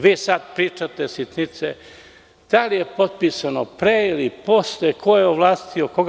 Vi sad pričate sitnice da li je potpisano pre ili posle, ko je ovlastio koga.